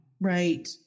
Right